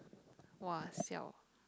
!wah! siao